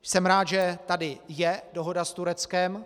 Jsem rád, že tady je dohoda s Tureckem.